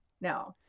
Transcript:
no